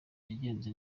yagenze